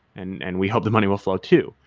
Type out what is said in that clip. and and we hope the money will flow too.